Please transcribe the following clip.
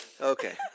Okay